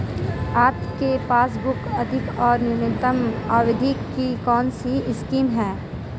आपके पासबुक अधिक और न्यूनतम अवधि की कौनसी स्कीम है?